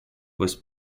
was